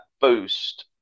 boost